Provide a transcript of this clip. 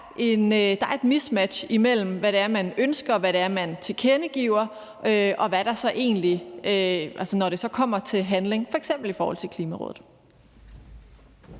der er et mismatch mellem, hvad det er, man ønsker, og hvad det er, man tilkendegiver, når det så kommer til handling, f.eks. i forhold til Klimarådet.